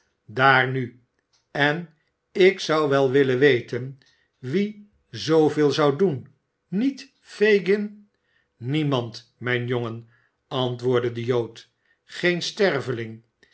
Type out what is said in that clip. daar nu en ik zou wel willen weten wie zooveel zou doen niet fagin niemand mijn jongen antwoordde de jood geen sterveling